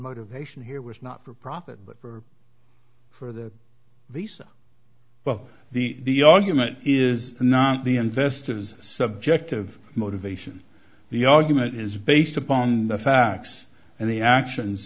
motivation here was not for profit but for these but the argument is not the investors subjective motivation the argument is based upon the facts and the actions